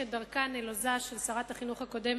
את דרכה הנלוזה של שרת החינוך הקודמת,